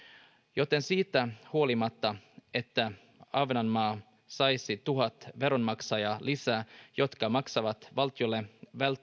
joten siitä huolimatta että ahvenanmaa saisi tuhat veronmaksajaa lisää jotka maksaisivat valtiolle